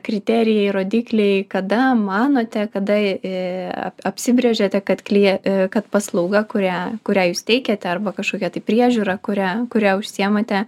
kriterijai rodyklėj kada manote kada ė ap apsibrėžėte kad klien kad paslauga kurią kurią jūs teikiate arba kažkokia tai priežiūra kurią kuria užsiimate